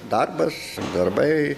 darbas darbai